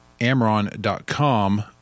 amron.com